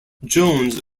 jones